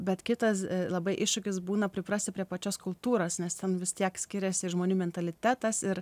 bet kitas labai iššūkis būna priprasti prie pačios kultūros nes ten vis tiek skiriasi žmonių mentalitetas ir